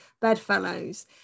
bedfellows